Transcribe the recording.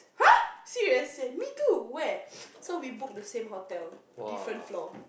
!huh! serious same me too where so we book the same hotel different floor